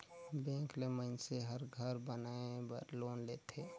bank ले मइनसे हर घर बनाए बर लोन लेथे